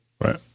Right